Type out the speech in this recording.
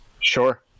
Sure